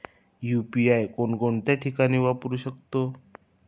UPI कोणकोणत्या ठिकाणी वापरू शकतो?